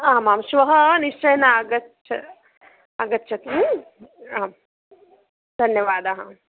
आमां श्वः निश्चयेन आगच्छ आगच्छतु आं धन्यवादः